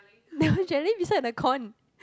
jelly beside the corn